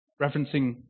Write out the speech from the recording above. referencing